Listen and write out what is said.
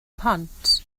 pont